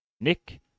Nick